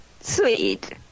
Sweet